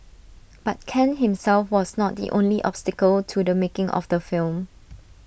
but Khan himself was not the only obstacle to the making of the film